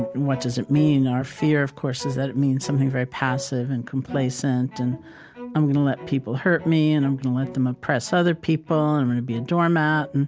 and what does it mean? our fear, of course, is that it means something very passive and complacent and i'm gonna let people hurt me, and i'm gonna let them oppress other people, and i'm gonna be a doormat.